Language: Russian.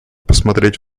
посмотреть